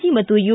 G ಮತ್ತು you